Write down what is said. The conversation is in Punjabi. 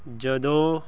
ਜਦੋਂ